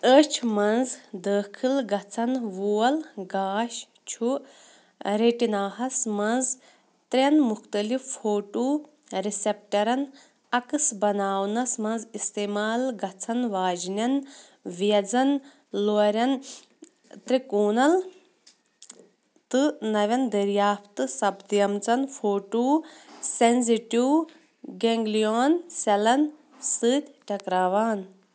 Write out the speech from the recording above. أچھَ منٛز دٲخٕل گژھَن وول گاش چھُ ریٹناہَس منٛز ترٛٮ۪ن مُختٔلِف فوٹو ریسیپٹرَن عقس نباونَس منٛز استعمال گژھَن واجِنٮ۪ن ویزن لورٮ۪ن تہٕ ترٕ٘كوُنل تہٕ نوین دریافت سپدِیمژن فوٹو سینزِٹِو گینگلیون سیلن سٕتۍ ٹكراوان